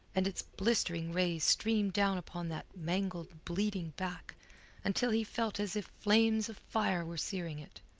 and its blistering rays streamed down upon that mangled, bleeding back until he felt as if flames of fire were searing it.